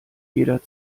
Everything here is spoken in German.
jeder